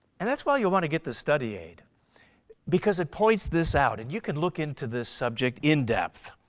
and that's why you'll want to get the study aid because it points this out and you can look into this subject in depth.